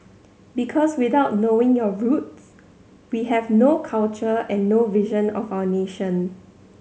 because without knowing our roots we have no culture and no vision of our nation